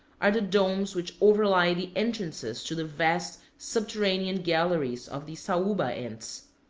are the domes which overlie the entrances to the vast subterranean galleries of the sauba ants.